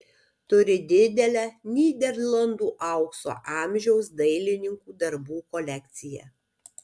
turi didelę nyderlandų aukso amžiaus dailininkų darbų kolekciją